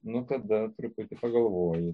nu kada truputį pagalvoji